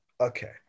Okay